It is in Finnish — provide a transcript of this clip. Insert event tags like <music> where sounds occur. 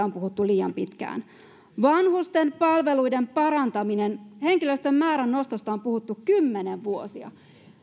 <unintelligible> on puhuttu liian pitkään vanhustenpalveluiden parantaminen henkilöstön määrän nostosta on puhuttu kymmeniä vuosia